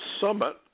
summit